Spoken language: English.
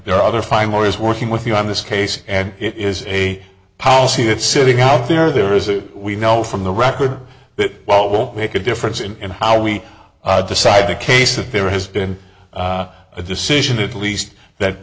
there are other fine more is working with you on this case and it is a policy that sitting out there there is a we know from the record that well won't make a difference in how we decide the case of fear has been a decision at least that